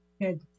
Good